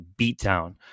beatdown